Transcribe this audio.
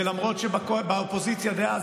ולמרות שבאופוזיציה דאז,